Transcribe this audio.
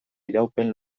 iraupen